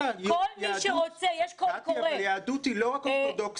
יהדות היא לא רק אורתודוכסית.